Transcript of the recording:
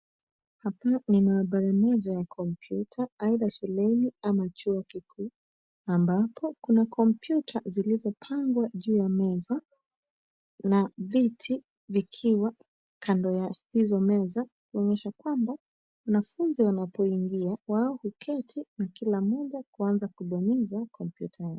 Hapa ni maabara moja ya kompyuta aidha shuleni ama chuo kikuu, ambapo kuna kompyuta zilizopangwa juu ya meza na viti vikiwa kando ya hizo meza kuonyesha kwamba wanafunzi wanapoingia wao huketi na kila mmoja kuanza kubonyeza kompyuta yake.